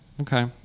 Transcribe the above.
okay